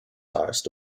highest